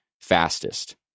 fastest